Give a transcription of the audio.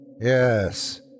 Yes